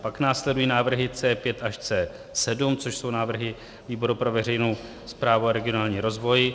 Pak následují návrhy C5 až C7, což jsou návrhy výboru pro veřejnou správu a regionální rozvoj.